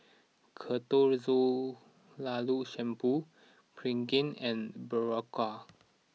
Ketoconazole Shampoo Pregain and Berocca